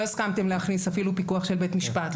לא הסכמתם להכניס אפילו פיקוח של בית משפט.